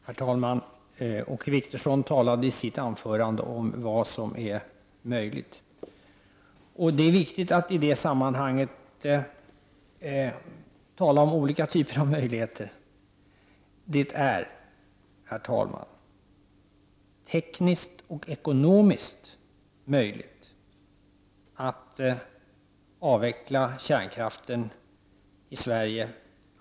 Herr talman! Åke Wictorsson talade i sitt anförande om vad som är möjligt. Det är viktigt att i det sammanhanget tala om olika typer av möjligheter. Det är, herr talman, tekniskt och ekonomiskt möjligt att avveckla kärnkraften i Sverige.